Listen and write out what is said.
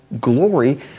glory